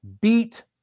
beat